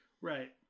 Right